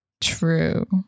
True